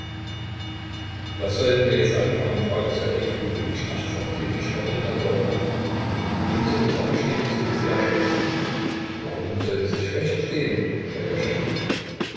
was sollen wir jetzt anfangen fragte ssergej philippowitsch nachts am teetisch katerina lwowna unsere sache steht jetzt wohl sehr schlecht warum sollte sie schlecht stehen